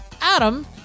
Adam